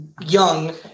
young